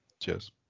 Cheers